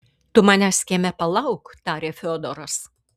tu manęs kieme palauk tarė fiodoras